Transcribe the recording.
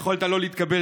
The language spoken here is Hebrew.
יכולת לא להתקבל